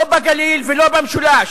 לא בגליל ולא במשולש.